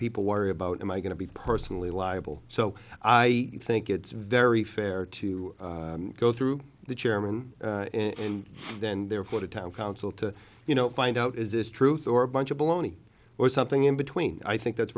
people worry about am i going to be personally liable so i think it's very fair to go through the chairman and then therefore the town council to you know find out is this truth or a bunch of baloney or something in between i think that's